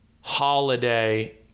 holiday